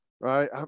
right